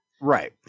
Right